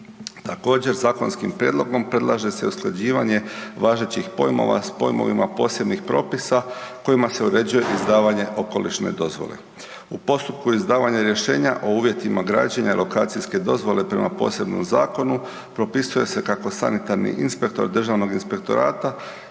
Također zakonskim prijedlogom predlaže se usklađivanje važećih pojmova s pojmovima posebnih propisa kojima se uređuje izdavanje okolišne dozvole. U postupku izdavanja rješenja o uvjetima građenja i lokacijske dozvole prema posebnom zakonu propisuje se kako sanitarni inspektor Državnog inspektorata